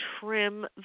trim